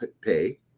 pay